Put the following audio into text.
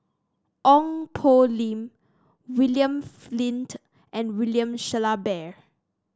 Ong Poh Lim William Flint and William Shellabear